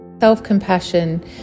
Self-compassion